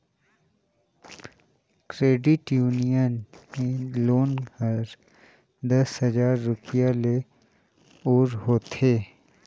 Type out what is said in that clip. credit union में loan हर दस हजार रूपिया ले ओर होथे